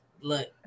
look